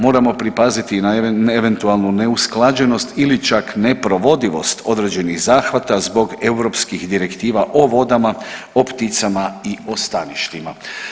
Moramo pripaziti i na eventualnu neusklađenost ili čak neprovodivost određenih zahvata zbog europskih direktiva o vodama, o pticama i o staništima.